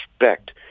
respect